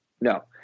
No